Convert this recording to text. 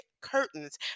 curtains